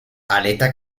aleta